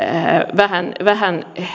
vähän vähän